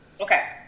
Okay